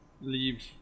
leave